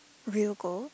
real gold